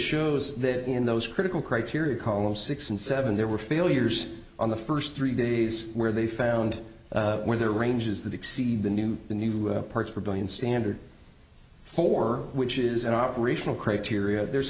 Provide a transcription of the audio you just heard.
shows that in those critical criteria columns six and seven there were failures on the first three days where they found where their ranges that exceed the new the new parts per billion standard for which is an operational criteria there's